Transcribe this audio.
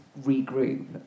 regroup